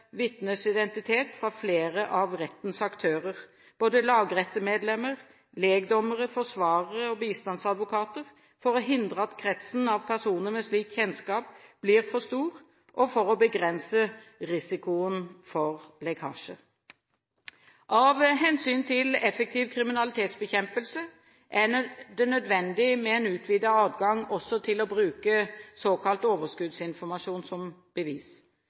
vitners identitet fra flere av rettens aktører, både lagrettemedlemmer, lekdommere, forsvarere og bistandsadvokater, for å hindre at kretsen av personer med slik kjennskap blir for stor, og for å begrense risikoen for lekkasjer. Av hensyn til effektiv kriminalitetsbekjempelse er det nødvendig med en utvidet adgang til å bruke såkalt overskuddsinformasjon som bevis.